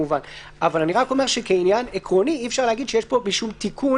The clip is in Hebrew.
אבל כעניין עקרוני אי-אפשר להגיד שיש פה משום תיקון